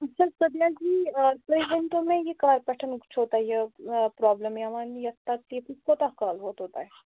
صبِیَہ جی تُہۍ ؤنۍتو مےٚ یہِ کَر پٮ۪ٹھ چھو تۄہہِ یہِ پرٛابلِم یَتھ یَتھ تکلیٖفہِ کوتاہ کال ووتُو تۄہہِ